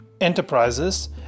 enterprises